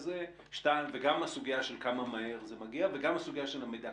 כזה וגם הסוגיה של כמה מהר זה מגיע וגם הסוגיה של המידע.